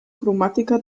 cromàtica